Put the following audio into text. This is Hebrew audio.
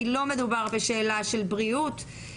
כי לא מדובר בשאלה של בריאות,